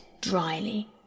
dryly